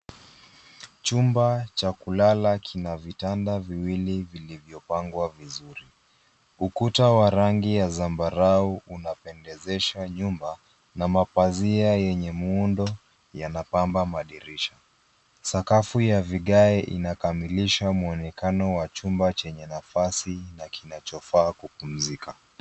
Chumba cha kulala vitanda viwili vilivyopangwa vizuri. Ukuta wa rangi ya zambarau unapendezesha nyumba, na mapazia yenye muundo yanapamba madirisha. Sakafu ya vigae inakamilisha mwonekano wa chumba chenye nafasi, na kinachofaa kupumzika.